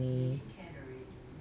maybe can already